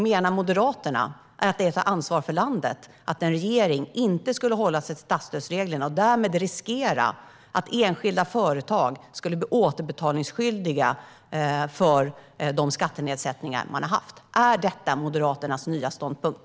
Menar Moderaterna att det är att ta ansvar för landet om en regering inte håller sig till statsstödsreglerna och enskilda företag därmed löper risk att bli återbetalningsskyldiga för de skattenedsättningar de haft? Är detta Moderaternas nya ståndpunkt?